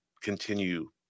continue